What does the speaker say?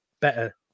better